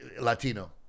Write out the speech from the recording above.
latino